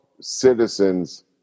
citizens